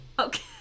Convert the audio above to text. Okay